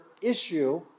issue